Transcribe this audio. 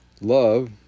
love